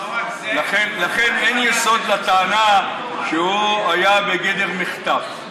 לכן אין יסוד לטענה שהוא היה בגדר מחטף.